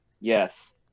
Yes